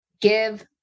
Give